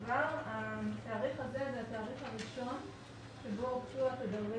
התאריך הזה הוא התאריך הראשון שבו הוקצו התדרים